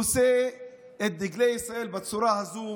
נושא את דגלי ישראל בצורה הזו?